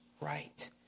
right